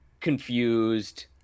confused